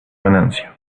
ganancia